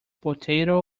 potato